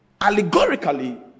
allegorically